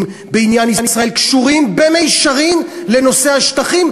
בעניין ישראל קשורים במישרין לנושא השטחים,